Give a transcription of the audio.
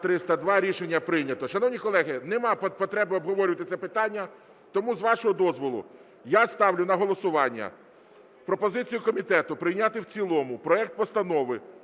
За-302 Рішення прийнято. Шановні колеги, немає потреби обговорювати це питання. Тому, з вашого дозволу, я ставлю на голосування пропозицію комітету прийняти в цілому проект Постанови